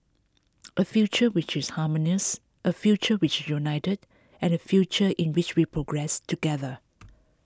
a future which is harmonious a future which is united and a future in which we progress together